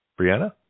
Brianna